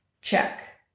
Check